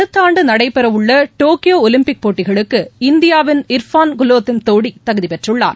அடுத்தஆண்டுநடைபெற்வுள்ளடோக்கியோஒலிம்பிக் போட்டிகளுக்கு இந்தியாவிள் இர்ஃபாள் குலோதெம் தோடிதகுதிபெற்றுள்ளார்